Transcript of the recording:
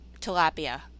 tilapia